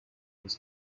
was